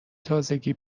تازگی